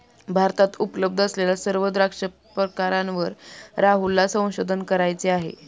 भारतात उपलब्ध असलेल्या सर्व द्राक्ष प्रकारांवर राहुलला संशोधन करायचे आहे